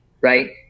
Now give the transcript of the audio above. Right